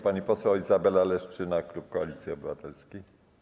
Pani poseł Izabela Leszczyna, klub Koalicji Obywatelskiej.